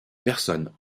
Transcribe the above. personne